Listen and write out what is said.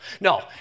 No